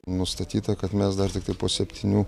nustatyta kad mes dar tiktai po septynių